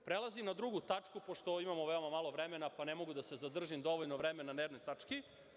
Prelazim na 2. tačku, pošto imamo veoma malo vremena, pa ne mogu da se zadržim dovoljno vremena na jednoj tački.